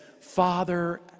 Father